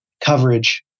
coverage